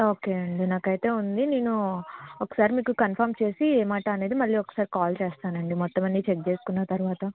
okay అండి నాకు అయితే ఉంది నేను ఒక్కసారి మీకు కన్ఫామ్ చేసి ఏ మాట అనేది మళ్ళీ ఒక్కసారి కాల్ చేస్తాను అండి మొత్తం అన్ని చెక్ చేసుకున్న తరువాత